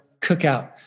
cookout